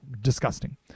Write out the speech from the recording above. disgusting